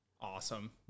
Awesome